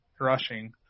rushing